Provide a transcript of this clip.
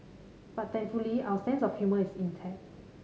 but thankfully our sense of humour is intact